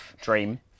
Dream